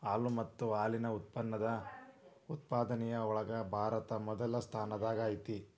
ಹಾಲು ಮತ್ತ ಹಾಲಿನ ಉತ್ಪನ್ನದ ಉತ್ಪಾದನೆ ಒಳಗ ಭಾರತಾ ಮೊದಲ ಸ್ಥಾನದಾಗ ಐತಿ